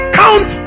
count